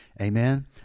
Amen